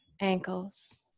ankles